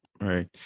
right